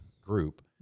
group